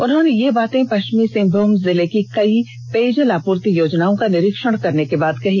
उन्होंने यह बातें पश्चिम सिंहभूम जिले की कई पेयजलापूर्ति योजनाओं का निरीक्षण करने के बाद कही